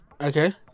Okay